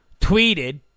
tweeted